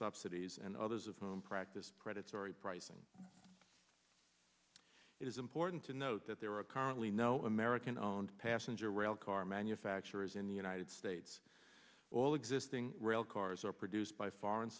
subsidies and others of whom practice predatory pricing it is important to note that there are currently no american owned passenger rail car manufacturers in the united states all existing rail cars are produced by foreign